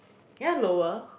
you want lower